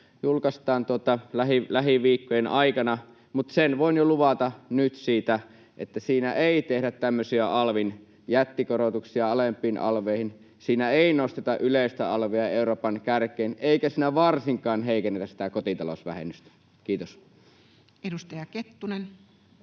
julkaistaan lähiviikkojen aikana, mutta sen voin jo nyt luvata siitä, että siinä ei tehdä tämmöisiä alvin jättikorotuksia alempiin alveihin, siinä ei nosteta yleistä alvia Euroopan kärkeen eikä siinä varsinkaan heikennetä kotitalousvähennystä. — Kiitos. [Speech